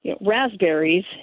raspberries